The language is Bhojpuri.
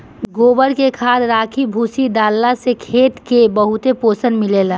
गोबर के खाद, राखी, भूसी डालला से खेत के बहुते पोषण मिलेला